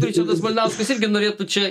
ričardas malinauskas irgi norėtų čia